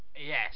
Yes